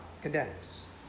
condemns